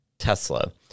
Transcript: Tesla